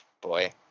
Boy